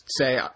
say –